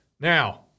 Now